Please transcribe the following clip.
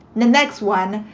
the next one.